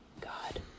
god